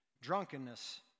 drunkenness